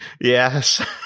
Yes